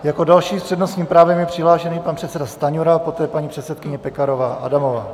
Jako další s přednostním právem je přihlášen pan předseda Stanjura, poté paní předsedkyně Pekarová Adamová